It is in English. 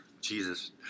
Jesus